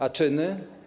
A czyny?